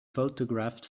photographed